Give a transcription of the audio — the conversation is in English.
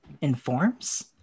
informs